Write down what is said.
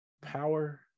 power